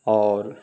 اور